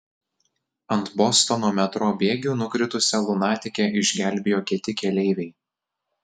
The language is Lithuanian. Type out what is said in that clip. ant bostono metro bėgių nukritusią lunatikę išgelbėjo kiti keleiviai